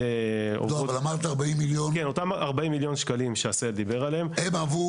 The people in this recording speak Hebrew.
אותם 40 מיליון שעשהאל דיבר עליהם הם עבור